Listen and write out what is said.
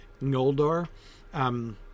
Noldor